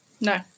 No